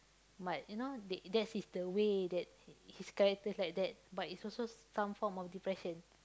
but you know they that is the way that his character is like that but is also some form of depression